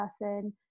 person